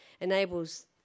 enables